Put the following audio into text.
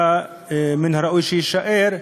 היה מן הראוי שיישארו,